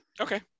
Okay